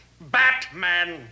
Batman